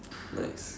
nice